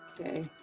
Okay